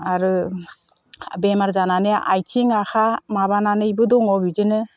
आरो बेमार जानानै आथिं आखाय माबानानैबो दङ बिदिनो